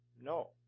no